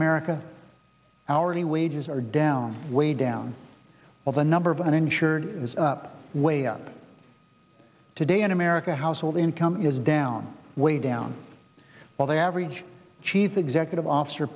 america hourly wages are down way down while the number of uninsured is up way up today in america household income is down way down while the average chief executive officer